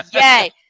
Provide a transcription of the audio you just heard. yay